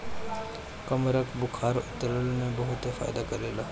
कमरख बुखार उतरला में बहुते फायदा करेला